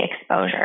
exposure